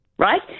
Right